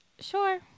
sure